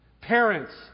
parents